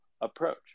approach